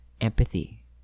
empathy